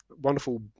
wonderful